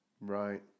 right